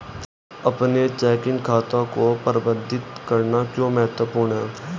अपने चेकिंग खाते को प्रबंधित करना क्यों महत्वपूर्ण है?